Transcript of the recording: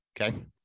okay